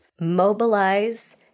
mobilize